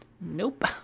Nope